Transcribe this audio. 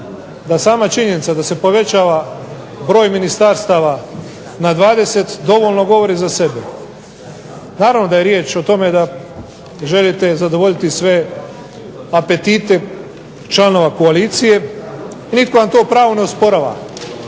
da sama činjenica da se povećava broj ministarstava na 20 dovoljno govori za sebe. Naravno da je riječ o tome da želite zadovoljiti sve apetite članova koalicije. Nitko vam to pravo ne osporava.